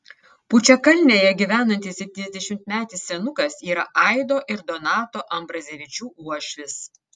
pučiakalnėje gyvenantis septyniasdešimtmetis senukas yra aido ir donato ambrazevičių uošvis